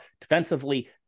defensively